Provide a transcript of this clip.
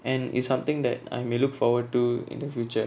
and it's something that I may look forward to in the future